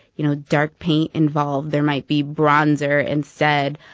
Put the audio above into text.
you know, dark paint involved. there might be bronzer instead.